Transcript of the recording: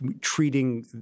treating